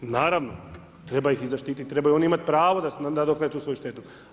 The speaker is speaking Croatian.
Naravno, treba ih zaštititi, trebaju oni imat pravo da nadoknade svoju štetu.